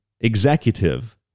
executive